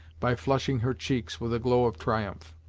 by flushing her cheeks with a glow of triumph.